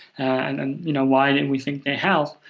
and and you know why and and we think they help.